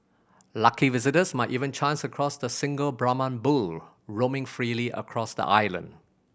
lucky visitors might even chance across the single Brahman bull roaming freely across the island